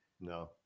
No